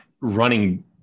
running